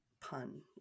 pun